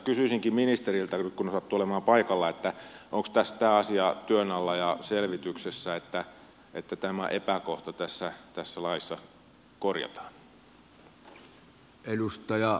kysyisinkin ministeriltä kun hän nyt sattuu olemaan paikalla onko tämä asia työn alla ja selvityksessä niin että tämä epäkohta tässä laissa korjataan